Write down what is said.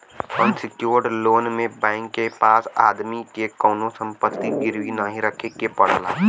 unsecured loan में bank के पास आदमी के कउनो संपत्ति गिरवी नाहीं रखे के पड़ला